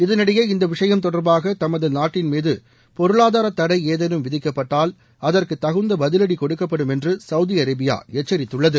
இதனிடையே இந்த விஷயம் தொடர்பாக தமது நாட்டின் மீது பொருளாதார தடை ஏதேனும் விதிக்கப்பட்டால் அதற்கு தகுந்த பதிலடி கொடுக்கப்படும் என்று சவுதி அரேபியா எச்சரித்துள்ளது